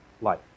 life